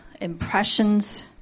impressions